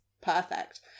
perfect